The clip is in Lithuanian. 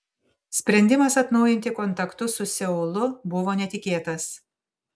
sprendimas atnaujinti kontaktus su seulu buvo netikėtas